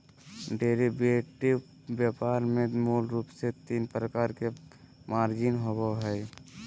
derivative व्यापार में मूल रूप से तीन प्रकार के मार्जिन होबो हइ